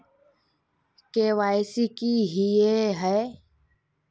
KYC की हिये है?